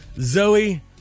Zoe